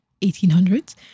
1800s